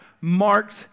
marked